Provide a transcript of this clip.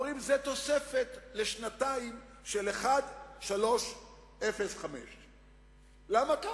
ואומרים שזו תוספת לשנתיים של 1.305. למה?